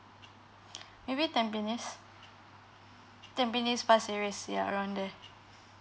maybe tampines pasir ris yeah around there